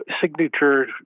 signature